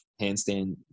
handstand